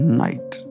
night